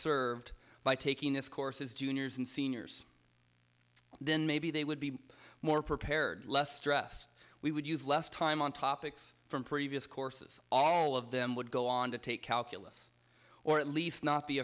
served by taking this course is juniors and seniors then maybe they would be more prepared less stress we would use less time on topics from previous courses all of them would go on to take calculus or at least not be